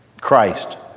Christ